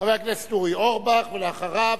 חבר הכנסת אורי אורבך, ואחריו,